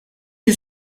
you